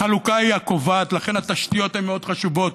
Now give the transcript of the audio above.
החלוקה היא הקובעת, לכן התשתיות הן מאוד חשובות.